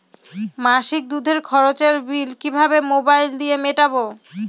মাসিক দুধের খরচের বিল কিভাবে মোবাইল দিয়ে মেটাব?